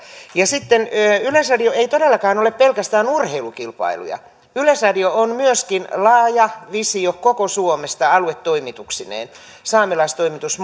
ja yleisradio ei todellakaan ole pelkästään urheilukilpailuja yleisradio on myöskin laaja visio koko suomesta aluetoimituksineen saamelaistoimitus